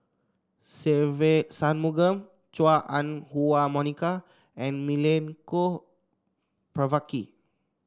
Se Ve Shanmugam Chua Ah Huwa Monica and Milenko Prvacki